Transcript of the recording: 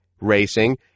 racing